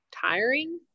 tiring